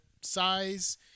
size